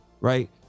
right